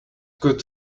good